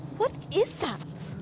what is that?